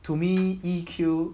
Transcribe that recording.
to me E_Q